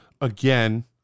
again